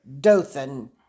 Dothan